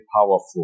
powerful